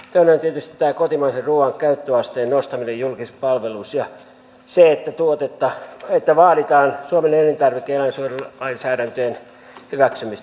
toinen on tietysti tämä kotimaisen ruoan käyttöasteen nostaminen julkisissa palveluissa ja se että vaaditaan suomen elintarvike ja eläinsuojelulainsäädäntöjen hyväksymistä